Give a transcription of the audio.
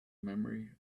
memory